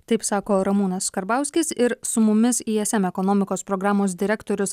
taip sako ramūnas karbauskis ir su mumis iesm ekonomikos programos direktorius